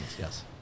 Yes